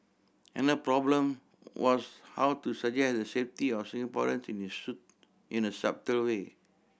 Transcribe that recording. another problem was how to suggest the safety of Singaporean in a subtle way